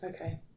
Okay